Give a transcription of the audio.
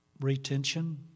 retention